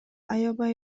аябай